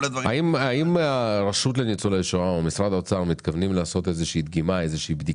האם הרשות לניצולי שואה או משרד האוצר מתכוונים לעשות איזושהי בדיקה